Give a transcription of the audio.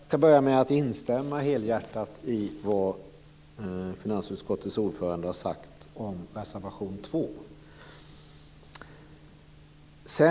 Fru talman! Jag ska börja med att instämma helhjärtat i vad finansutskottets ordförande har sagt om reservation 2.